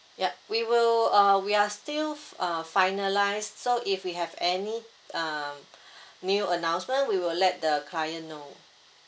yup we will uh we are still f~ uh finalised so if we have any um new announcement we will let the client know